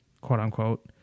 quote-unquote